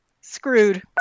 Screwed